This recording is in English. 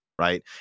right